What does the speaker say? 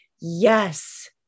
yes